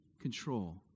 control